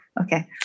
Okay